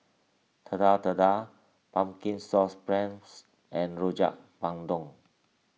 Telur Dadah Pumpkin Sauce Prawns and Rojak Bandung